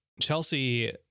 Chelsea